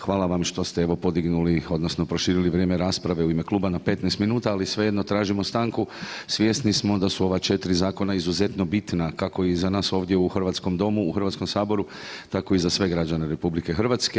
Hvala vam što ste evo podignuli odnosno proširili vrijeme rasprave u ime kluba na 15 minuta ali svejedno tražimo stanku, svjesni smo da su ova 4 zakona izuzetno bitna kako i za nas ovdje u hrvatskom domu u Hrvatskom saboru tako i za sve građane RH.